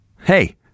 Hey